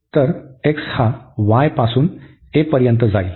तर x हा y पासून a पर्यंत जाईल